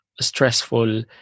stressful